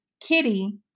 kitty